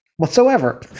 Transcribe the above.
Whatsoever